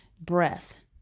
breath